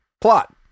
Plot